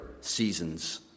seasons